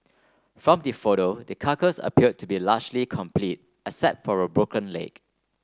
from the photo the carcass appear to be largely complete except for a broken leg